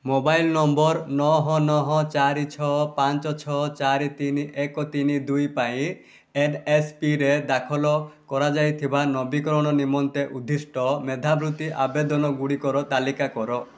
mobile number ନଅ ନଅ ଚାରି ଛଅ ପାଞ୍ଚ ଛଅ ଚାରି ତିନି ଏକ ତିନି ଦୁଇ ପାଇଁ ଏନ୍ଏସ୍ପିରେ ଦାଖଲ କରାଯାଇଥିବା ନବୀକରଣ ନିମନ୍ତେ ଉଦ୍ଦିଷ୍ଟ ମେଧାବୃତ୍ତି ଆବେଦନ ଗୁଡ଼ିକର ତାଲିକା କର